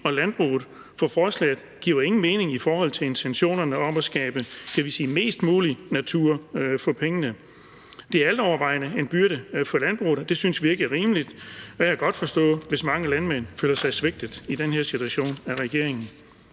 og landbruget, for forslaget giver ingen mening i forhold til intentionerne om at skabe, skal vi sige, mest mulig natur for pengene. I overvejende grad er det en byrde for landbruget, og det synes vi ikke er rimeligt. Og jeg kan godt forstå, hvis mange landmænd i den her situation føler sig svigtet af regeringen.